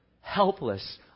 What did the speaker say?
helpless